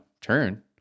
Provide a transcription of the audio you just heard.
turn